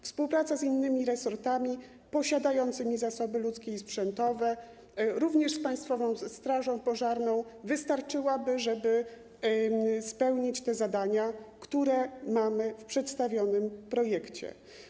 Współpraca z innymi resortami posiadającymi zasoby ludzkie i sprzętowe, również z Państwową Strażą Pożarną, wystarczyłaby, żeby zrealizować te zadania, które mamy w przedstawionym projekcie.